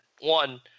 One